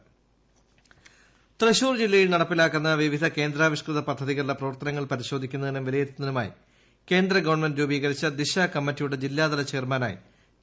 ദിശ തൃശൂർ തൃശൂർ ജില്ലയിൽ നടപ്പിലാക്കുന്ന വിവിധ കേന്ദ്രാവിഷ്കൃത പദ്ധതികളുടെ പ്രവർത്തനങ്ങൾ പരിശോധിക്കുന്നതിനും വിലയിരുത്തുന്നതിനുമായി കേന്ദ്രഗവൺമെന്റ് രൂപീകരിച്ച ദിശ കമ്മറ്റിയുടെ ജില്ലാതല ചെയർമാനായി ടി